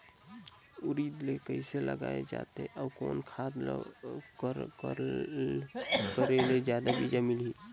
उरीद के कइसे लगाय जाले अउ कोन खाद कर करेले जादा बीजा मिलही?